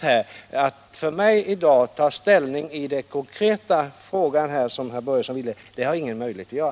u för att bistå föräldrar till utvecklingsstörda barn Att i dag ta ställning i den konkreta frågan, som herr Börjesson vill, har jag ingen möjlighet att göra.